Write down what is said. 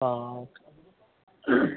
ആ ഓക്കെ